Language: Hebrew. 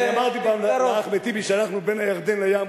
אני אמרתי פעם לאחמד טיבי שאנחנו,